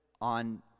on